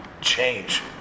change